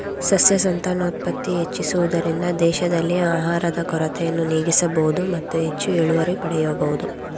ಸಸ್ಯ ಸಂತಾನೋತ್ಪತ್ತಿ ಹೆಚ್ಚಿಸುವುದರಿಂದ ದೇಶದಲ್ಲಿ ಆಹಾರದ ಕೊರತೆಯನ್ನು ನೀಗಿಸಬೋದು ಮತ್ತು ಹೆಚ್ಚು ಇಳುವರಿ ಪಡೆಯಬೋದು